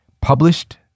Published